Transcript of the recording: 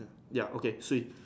ya okay sweet